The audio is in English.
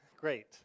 Great